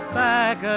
back